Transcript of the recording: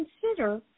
consider